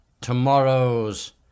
tomorrow's